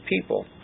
people